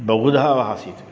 बहुधा आसीत्